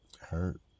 Hurt